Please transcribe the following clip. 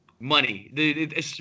Money